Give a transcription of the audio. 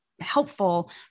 helpful